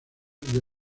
the